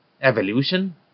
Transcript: evolution